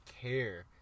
care